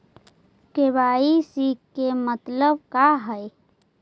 KYC के मतलब का हई?